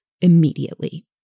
immediately